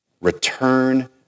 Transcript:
return